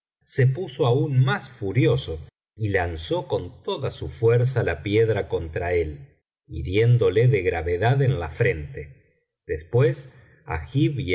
se puso aún más furioso y lanzó con toda su fuerza la piedra contra él hiriéndole de gravedad en la frente después agib